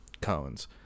cones